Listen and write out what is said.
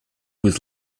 with